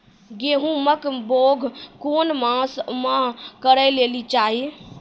गेहूँमक बौग कून मांस मअ करै लेली चाही?